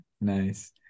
Nice